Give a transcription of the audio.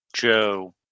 Joe